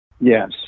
Yes